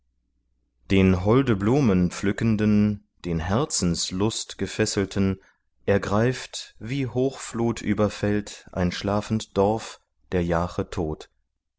den holde blumen pflückenden den herzenslust gefesselten ergreift wie hochflut überfällt ein schlafend dorf der jache tod